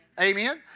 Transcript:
Amen